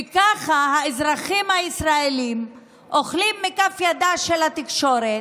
וככה האזרחים הישראלים אוכלים מכף ידה של התקשורת,